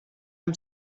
amb